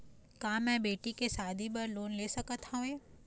का मैं बेटी के शादी बर लोन ले सकत हावे?